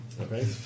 Okay